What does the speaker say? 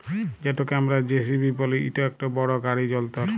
যেটকে আমরা জে.সি.বি ব্যলি ইট ইকট বড় গাড়ি যল্তর